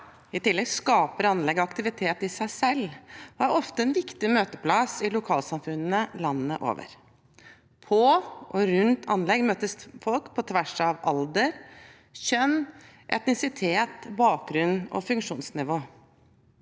I tillegg skaper anlegg aktivitet i seg selv og er ofte en viktig møteplass i lokalsamfunnene landet over. På og rundt anlegg møtes folk på tvers av alder, kjønn, etnisitet, bakgrunn og funksjonsnivå.